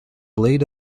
blade